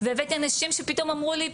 והבאתי אנשים שפתאום אמרו לי,